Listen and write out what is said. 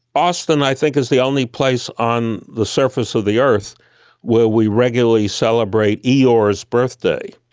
austin i think is the only place on the surface of the earth where we regularly celebrate eeyore's birthday.